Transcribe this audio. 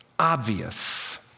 obvious